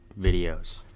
videos